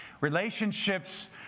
Relationships